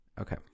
okay